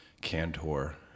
Cantor